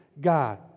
God